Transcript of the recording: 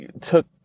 took